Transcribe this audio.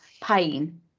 pain